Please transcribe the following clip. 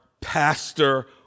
pastor